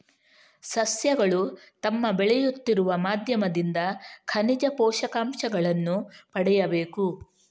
ಸಸ್ಯಗಳು ತಮ್ಮ ಬೆಳೆಯುತ್ತಿರುವ ಮಾಧ್ಯಮದಿಂದ ಖನಿಜ ಪೋಷಕಾಂಶಗಳನ್ನು ಪಡೆಯಬೇಕು